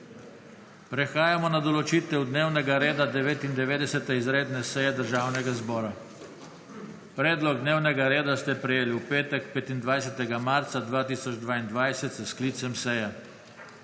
Prehajamo na določitev dnevnega reda 99. izredne seje Državnega zbora. Predlog dnevnega reda ste prejeli v petek, 25. marca 2022, s sklicem seje.